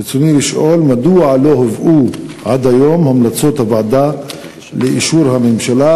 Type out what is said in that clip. רצוני לשאול: 1. מדוע לא הובאו עד היום המלצות הוועדה לאישור הממשלה?